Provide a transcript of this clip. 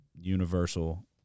universal